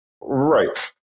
right